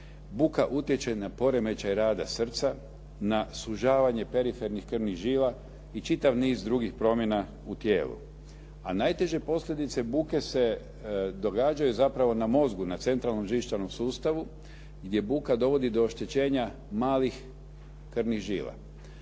buka utječe na poremećaj rada srca, na sužavanje perifernih krvnih žila i čitav niz drugih promjena u tijelu. A najteže posljedice buke se događaju zapravo na mozgu, na centralnom živčanom sustavu gdje buka dovodi do oštećenja malih krvnih žila.